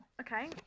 Okay